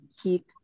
keep